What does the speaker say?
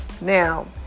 Now